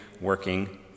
working